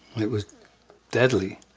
it was deadly.